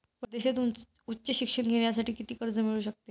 परदेशात उच्च शिक्षण घेण्यासाठी किती कर्ज मिळू शकते?